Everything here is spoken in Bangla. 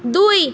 দুই